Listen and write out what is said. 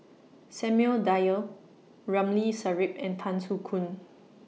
Samuel Dyer Ramli Sarip and Tan Soo Khoon